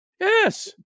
Yes